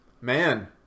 Man